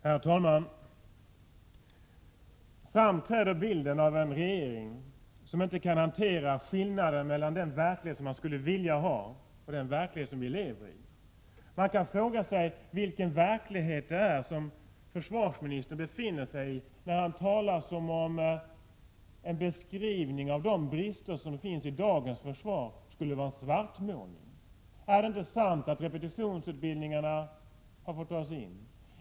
Herr talman! Fram träder bilden av en regering som inte kan hantera skillnaden mellan den verklighet som vi skulle vilja ha och den verklighet som vi lever i. Man kan fråga sig vilken verklighet det är som försvarsministern befinner sig i när han talar som om en beskrivning av de brister som finns i dagens försvar skulle vara svartmålning. Är det inte sant att repetitionsutbildningarna har fått dras in?